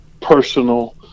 personal